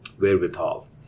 wherewithal